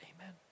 Amen